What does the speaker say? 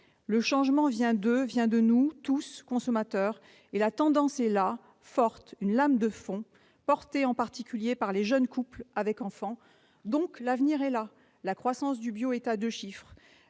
Le changement vient d'eux, vient de nous tous, consommateurs, et la tendance est là, forte, telle une lame de fond, portée en particulier par les jeunes couples avec enfants. Donc, l'avenir est là : le bio connaît une croissance à deux chiffres.